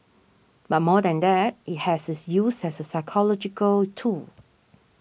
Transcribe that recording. but more than that it has its use as a psychological tool